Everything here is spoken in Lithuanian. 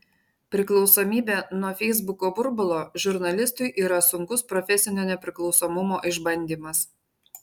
priklausomybė nuo feisbuko burbulo žurnalistui yra sunkus profesinio nepriklausomumo išbandymas